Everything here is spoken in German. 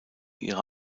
ihre